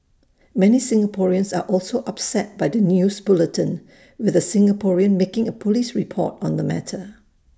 many Singaporeans are also upset by the news bulletin with A Singaporean making A Police report on the matter